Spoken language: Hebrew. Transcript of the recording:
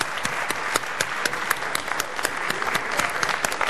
(מחיאות כפיים) שיר